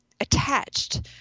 attached